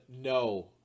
No